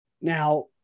Now